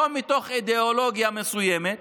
לא מתוך אידיאולוגיה מסוימת